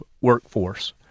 workforce